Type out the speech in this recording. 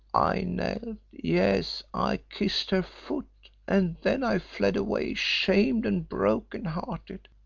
i knelt, yes, i kissed her foot, and then i fled away shamed and broken-hearted,